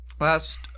Last